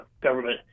government